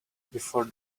before